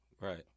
Right